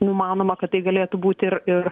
numanoma kad tai galėtų būti ir ir